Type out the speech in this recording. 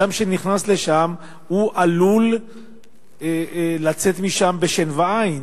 אדם שנכנס לשם עלול לצאת משם בשן ועין.